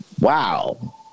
Wow